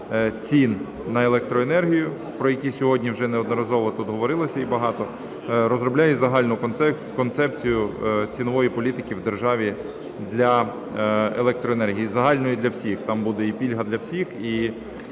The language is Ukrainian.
цін на електроенергію, про які сьогодні вже неодноразово тут говорилося і багато, розробляє загальну концепцію цінової політики в державі для електроенергії, загальної для всіх. Там буде і пільга для всіх